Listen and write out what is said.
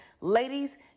Ladies